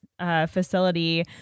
facility